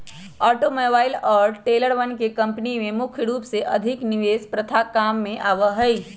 automobile और ट्रेलरवन के कम्पनी में मुख्य रूप से अधिक निवेश प्रथा काम में आवा हई